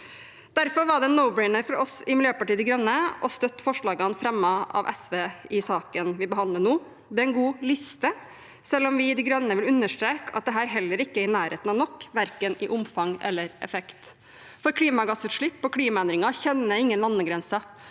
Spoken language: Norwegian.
Derfor var det en «no-brainer» for oss i Miljøpartiet De Grønne å støtte forslagene fremmet av SV i saken vi behandler nå. Det er en god liste, selv om vi i Miljøpartiet De Grønne vil understreke at dette heller ikke er i nærheten av nok, verken i omfang eller i effekt. Klimagassutslipp og klimaendringer kjenner ingen landegrenser.